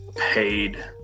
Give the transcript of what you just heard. paid